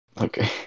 Okay